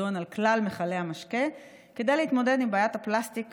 פיקדון על כלל מכלי המשקה כדי להתמודד עם בעיית הפלסטיק